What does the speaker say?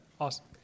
Awesome